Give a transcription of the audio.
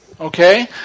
okay